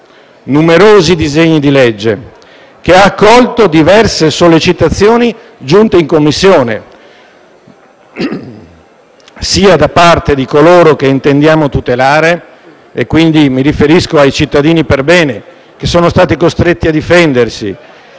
numerosi disegni di legge e accolto diverse sollecitazioni giunte in Commissione da parte sia di coloro che intendiamo tutelare - mi riferisco ai cittadini perbene, che sono stati costretti a difendersi